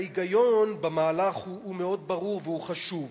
ההיגיון במהלך הוא מאוד ברור והוא חשוב: